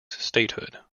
statehood